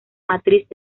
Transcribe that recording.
matriz